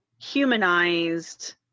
humanized